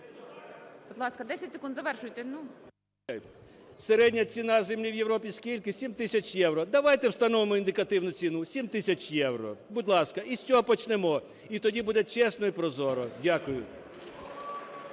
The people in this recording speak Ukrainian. Середня ціна землі в Європі скільки? 7 тисяч євро. Давайте встановимо індикативну ціну – 7 тисяч євро. Будь ласка, і з цього почнемо. І тоді буде чесно і прозоро. Дякую.